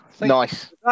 nice